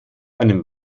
einem